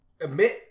emit